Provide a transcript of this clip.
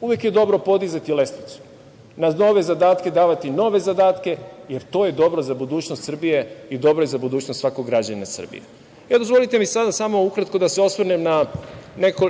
Uvek je dobro podizati lestvicu, na nove zadatke davati nove zadatke, jer to je dobro za budućnost Srbije i dobro je za budućnost svakog građanina Srbije. Dozvolite mi da se ukratko osvrnem